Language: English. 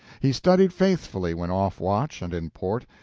he studied faithfully when off watch and in port,